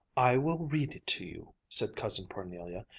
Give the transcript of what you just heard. i will read it to you, said cousin parnelia,